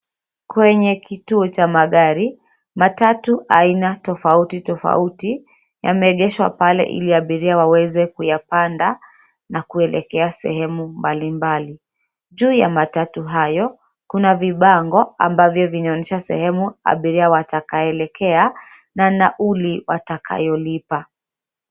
Kwenye kituo cha magari, matatu aina tofauti tofauti yameegeshwa pale ili abiria waweze kuyapanda na kuelekea sehemu mbalimbali. Juu ya matatu hayo, kuna vibango ambavyo vinaonyesha sehemu abiria watakaelekea na nauli watakayolipa.